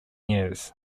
years